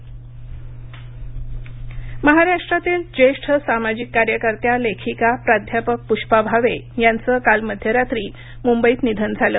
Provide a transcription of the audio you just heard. पृष्पा भावे निधन महाराष्ट्रातील ज्येष्ठ सामाजिक कार्यकर्त्या लेखिका प्राध्यापक पुष्पा भावे यांचं काल मध्यरात्री मुंबईत निधन झालं